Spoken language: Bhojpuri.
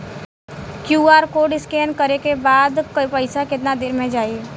क्यू.आर कोड स्कैं न करे क बाद पइसा केतना देर म जाई?